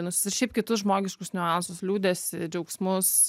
ir šiaip kitus žmogiškus niuansus liūdesį džiaugsmus